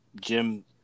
Jim